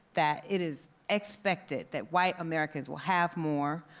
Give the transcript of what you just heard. that it is expected that white americans will have more,